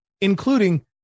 including